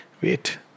Wait